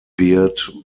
beard